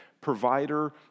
provider